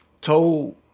told